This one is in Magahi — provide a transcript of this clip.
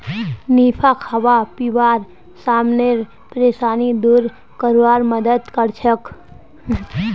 निफा खाबा पीबार समानेर परेशानी दूर करवार मदद करछेक